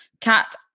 cat